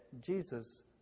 Jesus